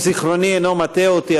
אם זיכרוני אינו מטעה אותי,